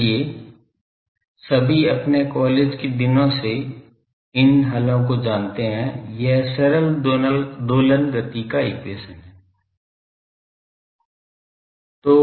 इसलिए हम सभी अपने कॉलेज के दिनों से इन हलों को जानते हैं यह सरल दोलन गति का हल है